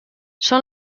són